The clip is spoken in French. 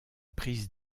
prise